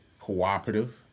Cooperative